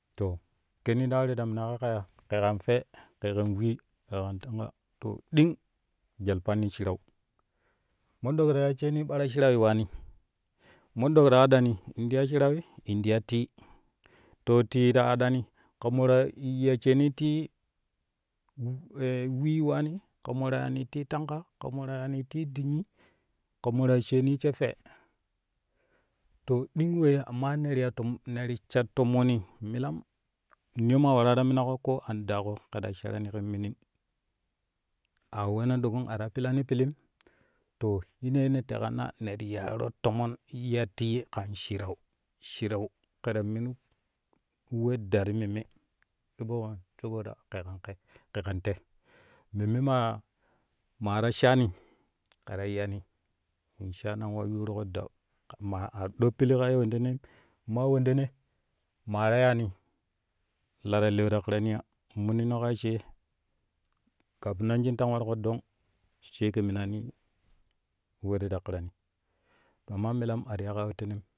To kenni ta wari ta minaƙoi ka yaa kɛ kan fwe kɛ kan wee kɛ kan tanga to ɗing jwal panni shirau monɗok ta ya sheeni ɓara shrauwi waani mondok ta hadani in ti ya shirawi in ti ya tii to tii ta hadani ka mo ta ya sheeni tii wee waani ka mo ta yaani tii tanga ka mota yaano tii dinnyi ka mo ta ya sheeni she fwee to ding weyye amma ne ti ya ne ti sha tomoni milam niyo maa waraa ta minaƙo kɛ ta sharani kɛn minin a wenan ɗoƙƙum ata pilani pilim to shinee ne teƙa na ne ti yaaro tomon ya tii kan shirau shirau kɛ ta min we da ti memme saboda saboda kɛ ka kɛ kɛ kan te memme maa ta shaani kɛ ta yiyani shana wa yuruƙo da ma a ɗo pili kaa ye wendem amma wendene maa ta yaani la ta leu ta ƙira ya munino kaa she kafin nan shin tang warƙo dong sai kɛ minani we ti ta kirani amma milam a ti ya ka we tem.